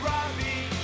Robbie